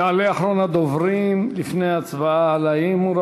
יעלה אחרון הדוברים לפני ההצבעה על האי-אמון,